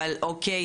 אבל אוקיי,